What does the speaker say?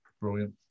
Brilliant